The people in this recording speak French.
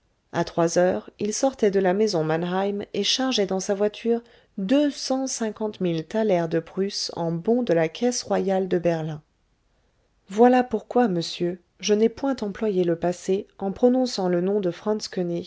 à trois heures il sortait de la maison mannheim et chargeait dans sa voiture deux cent cinquante mille thalers de prusse en bons de la caisse royale de berlin voilà pourquoi monsieur je n'ai point employé le passé en prononçant le nom de franz